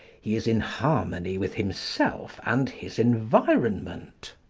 he is in harmony with himself and his environment.